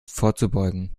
vorzubeugen